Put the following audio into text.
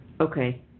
Okay